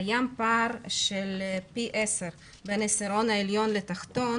קיים פער של פי 10 בין העשירון העליון לעשירון התחתון